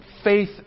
faith